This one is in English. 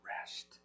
rest